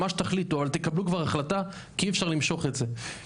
מה שתחליטו אבל תקבלו כבר החלטה כי אי פשר למשוך את זה.